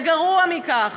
וגרוע מכך,